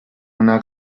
una